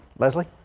leslie